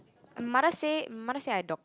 mother say mother say I dog